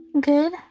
Good